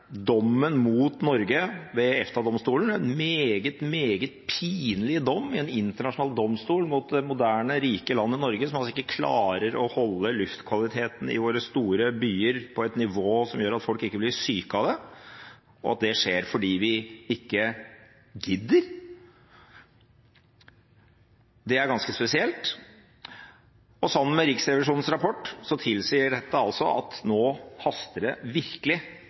dommen mot Norge ved EFTA-domstolen – en meget, meget pinlig dom i en internasjonal domstol mot det moderne, rike landet Norge, som altså ikke klarer å holde luftkvaliteten i våre store byer på et nivå som gjør at folk ikke blir syke av det, og at det skjer fordi vi ikke gidder, det er ganske spesielt – sammen med Riksrevisjonens rapport tilsier at det nå virkelig haster med å få på plass lavutslippssoner i norske byer. Det